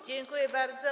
Dziękuję bardzo.